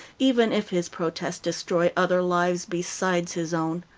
even if his protest destroy other lives besides his own.